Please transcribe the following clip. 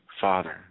Father